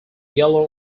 yellow